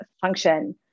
function